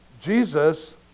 Jesus